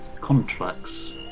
contracts